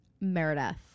meredith